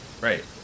right